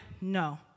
No